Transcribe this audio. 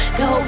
go